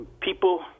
People